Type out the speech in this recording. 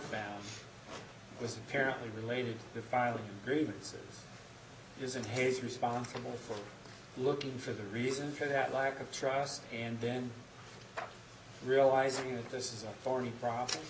found was apparently related to file a grievance is and here's responsible for looking for the reason for that lack of trust and then realizing that this is a form problem